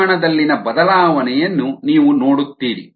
ಪರಿಮಾಣದಲ್ಲಿನ ಬದಲಾವಣೆಯನ್ನು ನೀವು ನೋಡುತ್ತೀರಿ